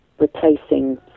replacing